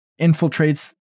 infiltrates